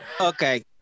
Okay